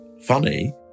funny